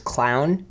Clown